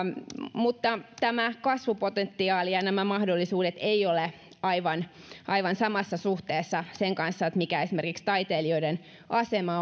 mutta tämä kasvupotentiaali ja ja nämä mahdollisuudet eivät aivan ole samassa suhteessa sen kanssa mikä esimerkiksi taiteilijoiden asema